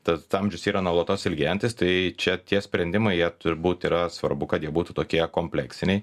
tas amžius yra nuolatos ilgėjantis tai čia tie sprendimai jie turbūt yra svarbu kad jie būtų tokie kompleksiniai